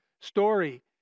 story